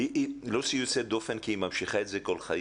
היא ממשיכה את זה כל חייה.